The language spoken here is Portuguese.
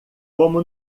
como